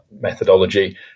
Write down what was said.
methodology